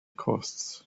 costs